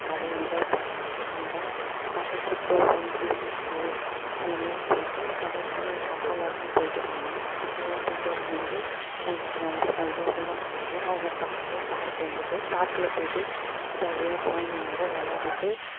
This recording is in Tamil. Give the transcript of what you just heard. ஜாலியாக என்ஜாய் பண்ணோம் நாங்கள் பக்கத்தில் கோவில் பீச்சி அந்தமாரி போய்ட்டு கடலில் கப்பல்லலாம் போய்ட்டு வந்தோம் கப்பல்லலாம் போய்ட்டு வரும்போது எங்களுக்கு ரொம்ப சந்தோஷமா இருந்தது அங்கே பக்கத்துலேயே பார்க் இருந்தது பார்க்கில் போய்ட்டு ஜாலியாக கொழந்தைங்களோட விளையாடிட்டு